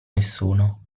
nessuno